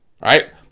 right